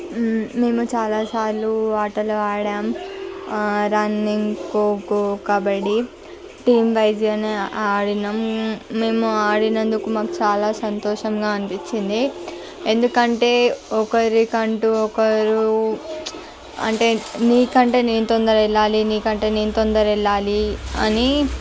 మేము చాలాసార్లు ఆటలు ఆడినాం రన్నింగ్ ఖోఖో కబడ్డీ టీమ్వైస్గా ఆడినాం మేము ఆడినందుకు మాకు చాలా సంతోషంగా అనిపించింది ఎందుకంటే ఒకరికంటే ఒకరు అంటే నీకంటే నేను తొందర వెళ్ళాలి నీకంటే నేను తొందర వెళ్ళాలి అని